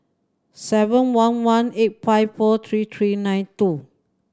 seven one one eight five four three three nine two